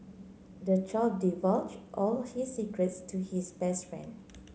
the child divulged all his secrets to his best friend